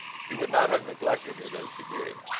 he would not have neglected it as he did.